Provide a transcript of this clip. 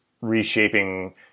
reshaping